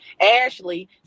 Ashley